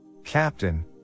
captain